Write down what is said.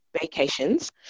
vacations